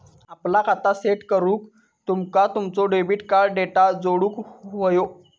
आपला खाता सेट करूक तुमका तुमचो डेबिट कार्ड डेटा जोडुक व्हयो